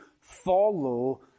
follow